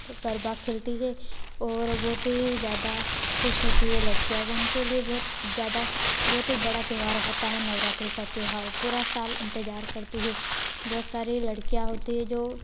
गरबा खेलती हैं और बहुत ही ज्यादा खुश होती हैं लडकियाँ उनके लिए बहुत ज्यादा बहुत ही बड़ा त्योहार होता है नवरात्रि का त्योहार पूरा साल इंतज़ार करती हैं बहुत सारी लड़कियां होती हैं जो